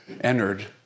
entered